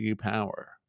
power